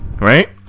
right